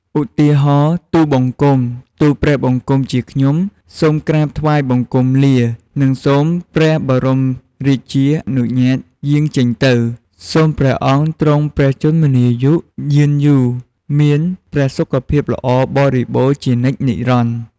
ឧទាហរណ៍ ទូលបង្គំ ទូលព្រះបង្គំជាខ្ញុំ សូមក្រាបថ្វាយបង្គំលា និងសូមព្រះបរមរាជានុញ្ញាតយាងចេញទៅ សូមព្រះអង្គទ្រង់ព្រះជន្មាយុយឺនយូរ មានព្រះសុខភាពល្អបរិបូរណ៍ជានិច្ចនិរន្តរ៍។